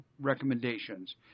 recommendations